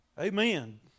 Amen